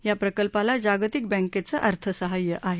या प्रकल्पाला जागतिक बँकेचं अर्थसहाय्य आहे